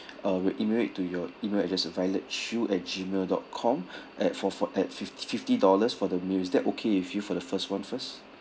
uh we'll email it to your email address violet chew at gmail dot com at for four at fifty fifty dollars for the meals is that okay with you for the first [one] first